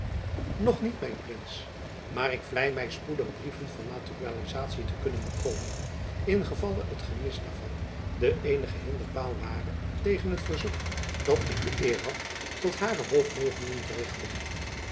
nog niet mijn prins maar ik vlei my spoedig brieven van naturalizatie te kunnen bekomen in gevalle het gemis daarvan de eenige hinderpaal ware tegen het verzoek dat ik de eer had tot h hoog mogenden te richten